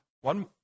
One